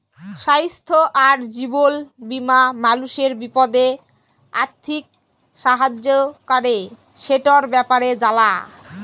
স্বাইস্থ্য আর জীবল বীমা মালুসের বিপদে আথ্থিক সাহায্য ক্যরে, সেটর ব্যাপারে জালা